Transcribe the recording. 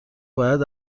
باید